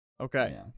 Okay